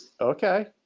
okay